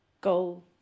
goal